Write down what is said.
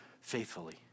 faithfully